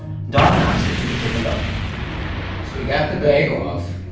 don asked if he could take a look so he got the bag off,